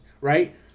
right